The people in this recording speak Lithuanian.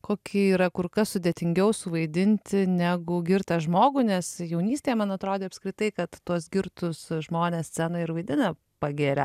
kokį yra kur kas sudėtingiau suvaidinti negu girtą žmogų nes jaunystėje man atrodė apskritai kad tuos girtus žmones scenoj ir vaidina pagėrę